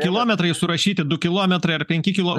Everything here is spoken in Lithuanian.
kilometrai surašyti du kilometrai ar penki kilo